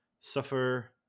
suffer